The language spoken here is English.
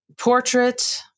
Portrait